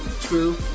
True